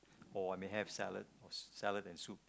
or I may have salad or salad and soup